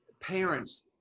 parents